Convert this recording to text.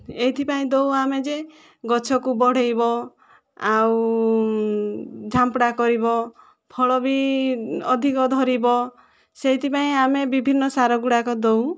ଏଥିପାଇଁ ଦେଉ ଆମେ ଯେ ଗଛକୁ ବଢ଼େଇବ ଆଉ ଝାମ୍ପଡ଼ା କରିବ ଫଳ ବି ଅଧିକ ଧରିବ ସେଥିପାଇଁ ଆମେ ବିଭିନ୍ନ ସାର ଗୁଡ଼ାକ ଦେଉ